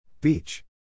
Beach